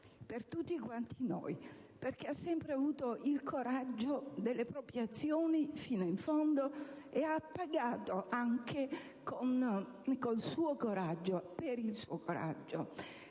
per tutti quanti noi. Ha sempre avuto il coraggio delle proprie azioni, fino in fondo, ed ha pagato anche con il suo coraggio e per il suo coraggio.